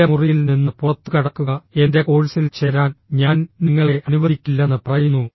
എൻറെ മുറിയിൽ നിന്ന് പുറത്തുകടക്കുക എൻറെ കോഴ്സിൽ ചേരാൻ ഞാൻ നിങ്ങളെ അനുവദിക്കില്ലെന്ന് പറയുന്നു